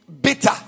bitter